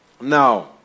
Now